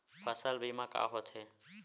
फसल बीमा का होथे?